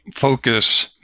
focus